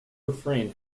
refrain